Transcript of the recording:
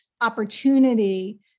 opportunity